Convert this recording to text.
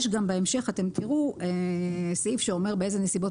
בהמשך אתם תראו שיש סעיף שאומר באיזה נסיבות